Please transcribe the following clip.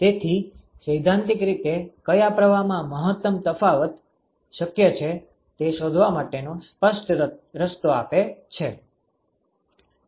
તેથી સૈદ્ધાંતિક રીતે કયા પ્રવાહમાં મહત્તમ તાપમાન તફાવત શક્ય છે તે શોધવા માટેનો સ્પષ્ટ રસ્તો આપે છે